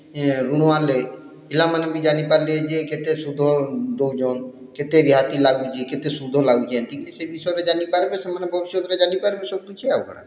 ଋଣ ଆନ୍ଲେ ପିଲାମାନେ ବି ଜାଣିପାର୍ଲେ ଯେ କେତେ ଶୁଦ୍ଧ ଦଉଚନ୍ କେତେ ରିହାତି ଲାଗୁଚେ କେତେ ଶୁଦ୍ଧ ଲାଗୁଚେ ଏନ୍ତିକି ସେ ବିଷୟରେ ଜାଣିପାର୍ବେ ମାନେ ଭବିଷ୍ୟତରେ ଜାଣିପାର୍ବେ ସବୁକିଛି ଆଉ କାଣା